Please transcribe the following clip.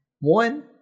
One